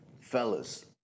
Fellas